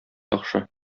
яхшы